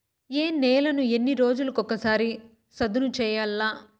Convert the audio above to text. ఏ నేలను ఎన్ని రోజులకొక సారి సదును చేయల్ల?